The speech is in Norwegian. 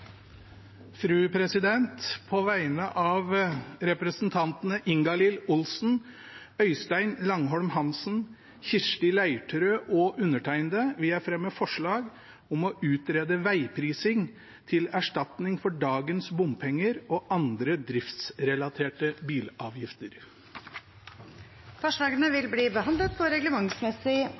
På vegne av representantene Ingalill Olsen, Øystein Langholm Hansen, Kirsti Leirtrø og meg selv vil jeg fremme forslag om å utrede veiprising til erstatning for dagens bompenger og andre driftsrelaterte bilavgifter. Forslagene vil bli behandlet på reglementsmessig